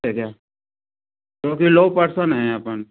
क्योंकि low person हैं अपन